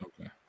okay